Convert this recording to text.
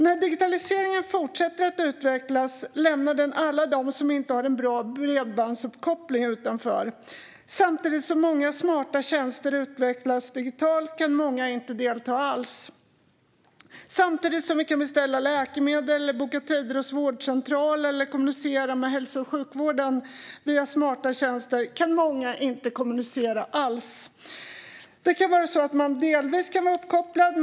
När digitaliseringen fortsätter att utvecklas lämnar den alla dem som inte har en bra bredbandsuppkoppling utanför. Samtidigt som många smarta tjänster utvecklas digitalt kan många inte delta alls. Samtidigt som vi kan beställa läkemedel, boka tider hos vårdcentral eller kommunicera med hälso och sjukvården via smarta tjänster kan många inte kommunicera alls. Det kan vara så att man delvis kan vara uppkopplad.